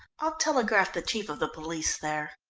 i will telegraph the chief of the police there.